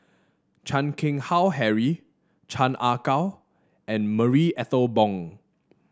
Chan Keng Howe Harry Chan Ah Kow and Marie Ethel Bong